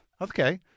Okay